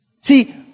See